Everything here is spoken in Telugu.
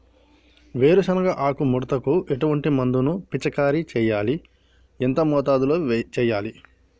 వేరుశెనగ ఆకు ముడతకు ఎటువంటి మందును పిచికారీ చెయ్యాలి? ఎంత మోతాదులో చెయ్యాలి?